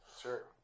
sure